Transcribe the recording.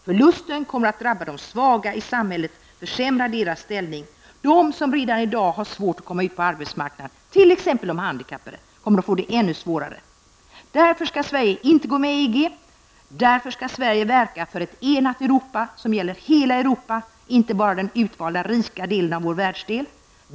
Förlusten kommer att drabba de svaga i samhället och försämra deras ställning, dvs. de som redan i dag har svårt att komma ut på arbetsmarknaden, t.ex. de handikappade. Därför skall Sverige inte gå med i EG. Därför skall Sverige verka för ett enat Europa, som gäller hela Europa, inte bara den utvalda rika delen av vår väldsdel.